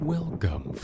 Welcome